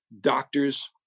doctors